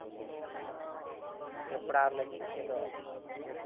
ᱡᱚᱯᱲᱟᱣ ᱞᱟᱹᱜᱤᱫ ᱛᱮᱫᱚ